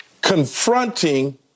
confronting